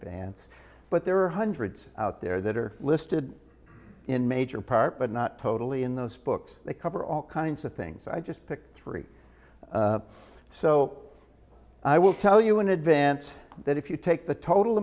advance but there are hundreds out there that are listed in major part but not totally in those books that cover all kinds of things i just picked three so i will tell you in advance that if you take the total